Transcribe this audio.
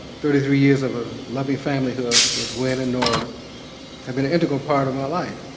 thirty three years of a loving family hood with glen and nora have been an integral part of my life.